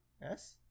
Yes